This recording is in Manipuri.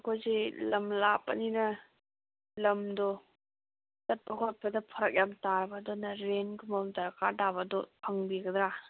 ꯑꯩꯈꯣꯏꯁꯤ ꯂꯃ ꯂꯥꯞꯄꯅꯤꯅ ꯂꯝꯗꯣ ꯆꯠꯄ ꯈꯣꯠꯄꯗ ꯐꯔꯛ ꯌꯥꯝ ꯇꯥꯕ ꯑꯗꯨꯅ ꯔꯦꯟꯒꯨꯝꯕ ꯑꯃ ꯗꯔꯀꯥꯔ ꯇꯥꯕ ꯑꯗꯨ ꯐꯪꯕꯤꯒꯗ꯭ꯔꯥ